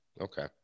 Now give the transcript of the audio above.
okay